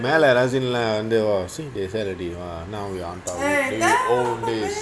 மேல:mela rasin வந்து:vanthu eh sight அடிக்கவா என்ன அவ:adikava enna ava see they fell already !wah! now we are on top of these old old days